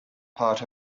part